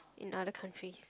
in other countries